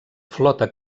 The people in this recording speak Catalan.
flota